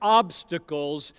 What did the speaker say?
obstacles